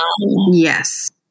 Yes